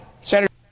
senator